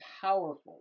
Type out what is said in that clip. powerful